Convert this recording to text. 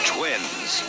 Twins